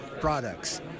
products